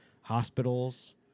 hospitals